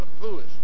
foolish